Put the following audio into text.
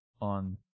on